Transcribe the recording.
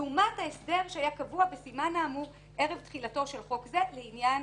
לעומת ההסדר שהיה קבוע בסימן האמור ערב תחילתו של חוק זה (להלן: